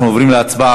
אנחנו עוברים להצבעה.